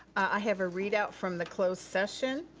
i have a read-out from the closed session.